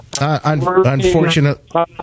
Unfortunately